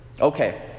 Okay